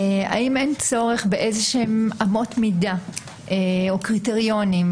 האם אין צורך באיזה שהן אמות מידה או קריטריונים